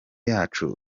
yacu